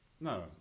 No